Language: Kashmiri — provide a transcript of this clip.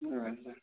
اَچھا